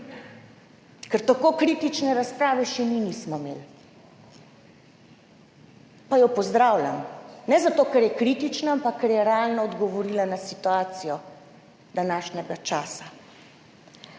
Ker tako kritične razprave še mi nismo imeli, pa jo pozdravljam. Ne zato, ker je kritična, ampak ker je realno odgovorila na situacijo današnjega časa.